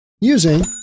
using